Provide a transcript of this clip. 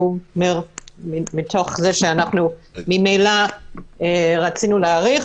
מתוך זה שאנחנו ממילא רצינו להאריך,